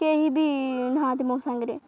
କେହି ବି ନାହାନ୍ତି ମୋ ସାଙ୍ଗରେ